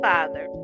Father